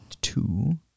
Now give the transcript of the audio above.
two